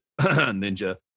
ninja